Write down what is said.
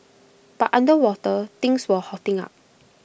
but underwater things were hotting up